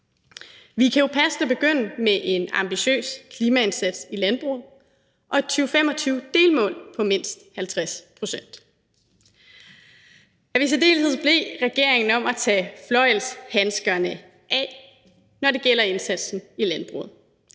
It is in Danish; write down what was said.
Vi kan jo passende begynde med en ambitiøs klimaindsats i landbruget og et 2025-delmål på mindst 50 pct. Jeg vil i særdeleshed bede regeringen om at tage fløjlshandskerne af, når det gælder indsatsen i landbruget.